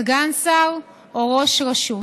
סגן שר או ראש רשות.